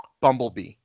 bumblebee